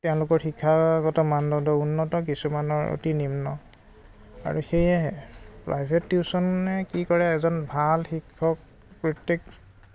তেওঁলোকৰ শিক্ষাগত মানদণ্ডত উন্নত কিছুমানৰ অতি নিম্ন আৰু সেয়েহে প্ৰাইভেট টিউচনে কি কৰে এজন ভাল শিক্ষক প্ৰত্যেক